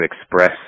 express